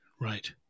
Right